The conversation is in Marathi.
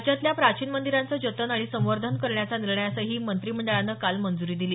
राज्यातल्या प्राचीन मंदिरांचं जतन आणि संवर्धन करण्याच्या निर्णयासही मंत्रिमंडळानं काल मंजूरी दिली